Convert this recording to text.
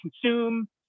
consume